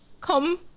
come